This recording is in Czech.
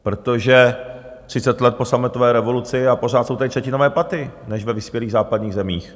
Protože třicet let po sametové revoluci, a pořád jsou tady třetinové platy než ve vyspělých západních zemích.